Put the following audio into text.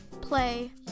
play